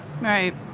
Right